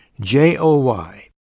J-O-Y